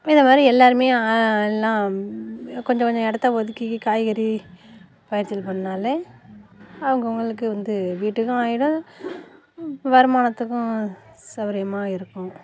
இது மாரி எல்லாேருமே எல்லாம் கொஞ்சம் கொஞ்சம் இடத்த ஒதுக்கி காய்கறி பயிரிச்சல் பண்ணாலே அவங்க அவர்களுக்கு வந்து வீட்டுக்கும் ஆகிடும் வருமானத்துக்கும் சௌகரியமா இருக்கும்